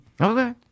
Okay